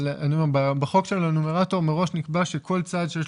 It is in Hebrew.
אבל בחוק של הנומרטור מראש נקבע שכל צעד שיש